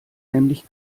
nämlich